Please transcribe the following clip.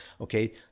okay